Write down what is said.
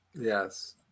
Yes